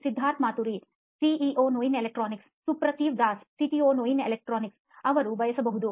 Siddharth Maturi CEO Noin electronics Suprativ Das CTO Noin electronics ಅವರು ಬಯಸಬಹುದು